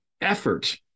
effort